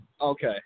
Okay